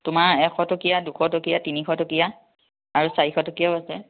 তোমাৰ এশ টকীয়া দুশটকীয়া তিনিশ টকীয়া আৰু চাৰিশ টকীয়াও আছে